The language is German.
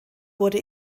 wurde